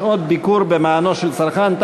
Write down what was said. שעות ביקור במענו של צרכן),